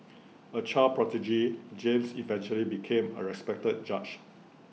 A child prodigy James eventually became A respected judge